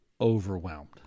overwhelmed